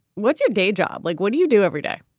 what's your day job like, what do you do every day?